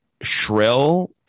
shrill